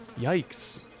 Yikes